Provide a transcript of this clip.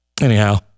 Anyhow